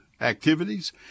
activities